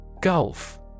Gulf